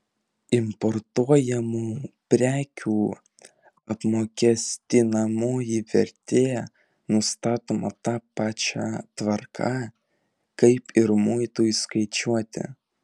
importuojamų prekių apmokestinamoji vertė nustatoma ta pačia tvarka kaip ir muitui skaičiuoti